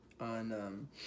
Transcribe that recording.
on